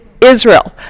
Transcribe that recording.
Israel